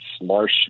Marsh